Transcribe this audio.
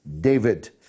David